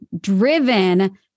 driven